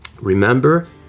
Remember